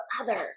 others